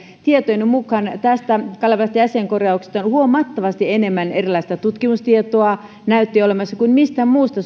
tietojeni mukaan tästä kalevalaisesta jäsenkorjauksesta näytti olevan huomattavasti enemmän erilaista tutkimustietoa kuin mistään muusta